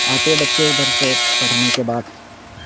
آتے بچے ادھر سے پڑھنے کے بعد